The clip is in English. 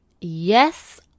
yes